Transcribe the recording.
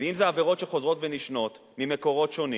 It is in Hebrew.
ואם זה עבירות שחוזרות ונשנות ממקומות שונים,